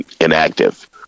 inactive